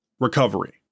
Recovery